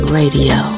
radio